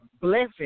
blessing